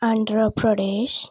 Andhra Pradesh